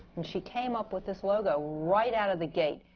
and she came up with this logo right out of the gate,